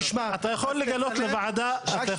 תשמע --- אתה יכול לגלות לוועדה --- רק שנייה.